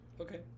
Okay